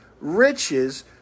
riches